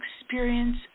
experience